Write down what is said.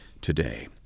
today